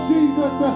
Jesus